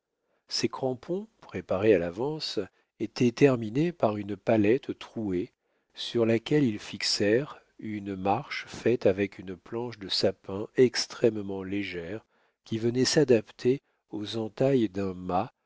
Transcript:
ces crampons préparés à l'avance étaient terminés par une palette trouée sur laquelle ils fixèrent une marche faite avec une planche de sapin extrêmement légère qui venait s'adapter aux entailles d'un mât